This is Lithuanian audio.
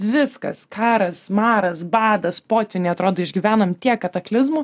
viskas karas maras badas potvyniai atrodo išgyvenom tiek kataklizmų